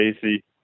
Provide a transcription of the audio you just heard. Casey